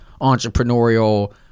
entrepreneurial